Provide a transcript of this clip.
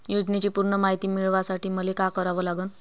योजनेची पूर्ण मायती मिळवासाठी मले का करावं लागन?